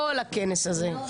כל הכנס הזה,